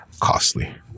costly